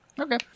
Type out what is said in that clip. Okay